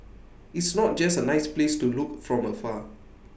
it's not just A nice place to look from afar